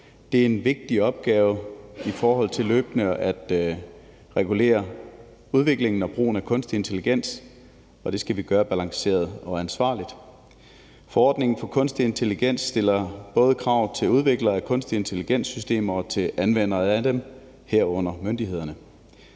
Det er en vigtig opgave løbende at regulere udviklingen og brugen af kunstig intelligens, og det skal vi gøre balanceret og ansvarligt. Forordningen for kunstig intelligens stiller både krav til udviklere af kunstig intelligens-systemer og til anvendere af dem, herunder myndighederne.